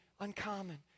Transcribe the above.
uncommon